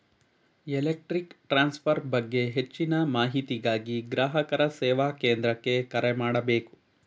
electric transfer ಬಗ್ಗೆ ಹೆಚ್ಚಿನ ಮಾಹಿತಿಗಾಗಿ ಗ್ರಾಹಕರ ಸೇವಾ ಕೇಂದ್ರಕ್ಕೆ ಕರೆ ಮಾಡಬೇಕು